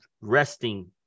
resting